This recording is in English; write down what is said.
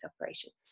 operations